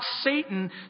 Satan